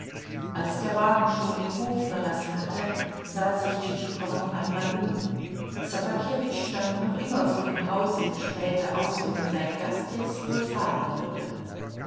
als der wagen schon den hof verlassen hatte sah sich tschitschikow noch einmal um ssobakewitsch stand noch immer vor dem hause und spähte aus wohin sein gast jetzt wohl fahren würde